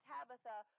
Tabitha